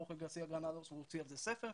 חורחה גרסיה גרנדוס הוציא על זה ספר,